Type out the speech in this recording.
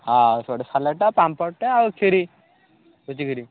ହଁ ହଉ ସାଲାଡ଼ଟା ପାମ୍ପଡ଼ଟେ ଆଉ କ୍ଷୀରି ଏତିକି କରିବ